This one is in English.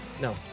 No